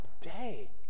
day